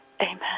Amen